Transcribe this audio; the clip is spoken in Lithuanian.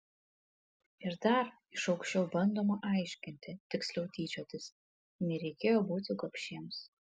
ir dar iš aukščiau bandoma aiškinti tiksliau tyčiotis nereikėjo būti gobšiems